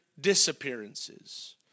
disappearances